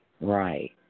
Right